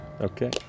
Okay